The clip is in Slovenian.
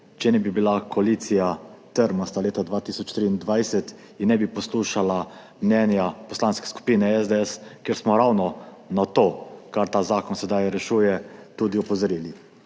če ne bi bila koalicija leta 2023 trmasta in ne bi poslušala mnenja Poslanske skupine SDS, ker smo ravno na to, kar ta zakon sedaj rešuje, tudi opozorili,